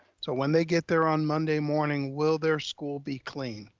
so when they get there on monday morning, will their school be clean?